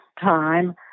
time